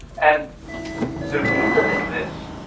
and the reason is this.